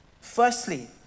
firstly